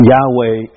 Yahweh